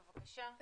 בבקשה.